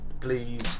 please